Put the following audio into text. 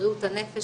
בריאות הנפש